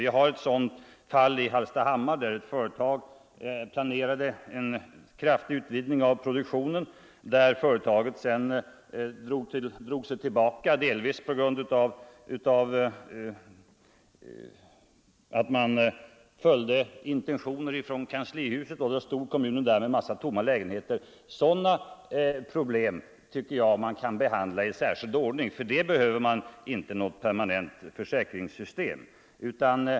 Vi har ett fall i Hallstahammar, där ett företag planerade en kraftig utvidgning av produktionen. Sedan drog sig företaget tillbaka, delvis på grund av intentioner från kanslihuset. Då stod kommunen där med en massa tomma lägenheter. Sådana problem tycker jag man kan behandla i särskild ordning; för dem behöver man inte något permanent försäkringssystem.